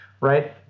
right